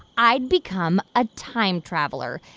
i'd become a time traveler.